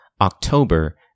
October